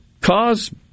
cause